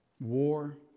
war